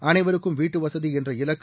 அளைவருக்கும் வீட்டுவசதி என்ற இலக்கு